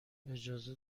اجازه